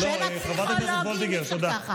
את הנאום הזה נאמתי לפני שנה.